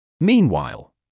Meanwhile